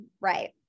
Right